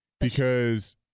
because-